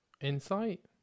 Insight